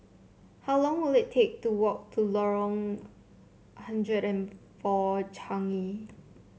how long will it take to walk to Lorong hundred and four Changi